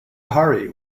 hari